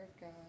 God